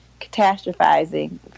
catastrophizing